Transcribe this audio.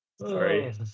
Sorry